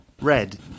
red